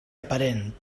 aparent